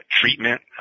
treatment